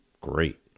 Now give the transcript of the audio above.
great